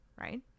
right